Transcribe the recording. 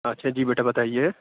اچھا جی بیٹا بتائیے